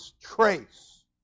trace